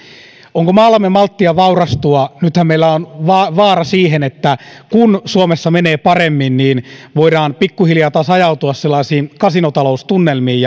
onko maallamme malttia vaurastua nythän meillä on vaara siihen että kun suomessa menee paremmin niin voidaan pikkuhiljaa taas ajautua sellaisiin kasinotaloustunnelmiin